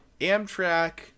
amtrak